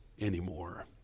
anymore